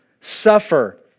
suffer